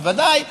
בוודאי,